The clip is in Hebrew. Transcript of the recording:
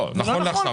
נכון לעכשיו לא.